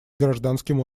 гражданским